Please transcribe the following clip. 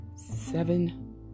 Seven